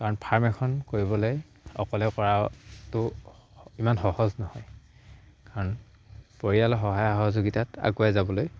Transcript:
কাৰণ ফাৰ্ম এখন কৰিবলে অকলে কৰাটো ইমান সহজ নহয় কাৰণ পৰিয়ালৰ সহায় সহযোগিতাত আগুৱাই যাবলৈ